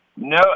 No